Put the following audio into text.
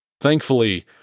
Thankfully